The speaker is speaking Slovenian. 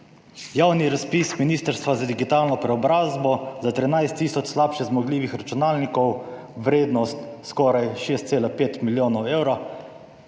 Javni razpis Ministrstva za digitalno preobrazbo za 13 tisoč slabše zmogljivih računalnikov, vrednost skoraj 6,5 milijonov evrov